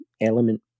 element